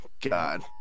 God